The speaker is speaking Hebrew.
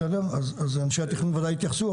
אנשי התכנון ודאי יתייחסו,